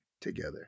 together